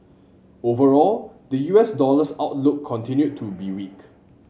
overall the U S dollar's outlook continued to be weak